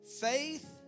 Faith